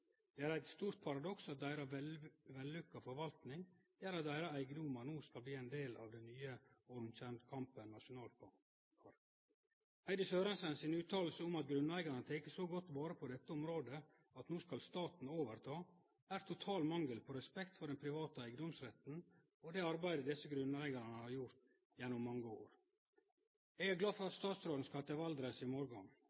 gjer at eigedomane deira no skal bli ein del av den nye Ormtjernkampen nasjonalpark. Heidi Sørensen si utsegn om at grunneigarane har teke så godt vare på dette området at no skal staten overta, er total mangel på respekt for den private eigedomsretten og det arbeidet desse grunneigarane har gjort gjennom mange år. Eg er glad for at